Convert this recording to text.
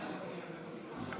46 בעד.